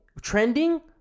trending